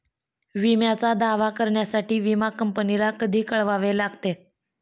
विम्याचा दावा करण्यासाठी विमा कंपनीला कधी कळवावे लागते?